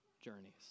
journeys